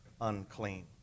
unclean